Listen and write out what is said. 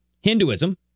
Hinduism